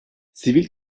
sivil